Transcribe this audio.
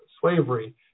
slavery